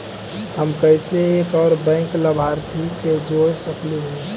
हम कैसे एक और बैंक लाभार्थी के जोड़ सकली हे?